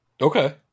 Okay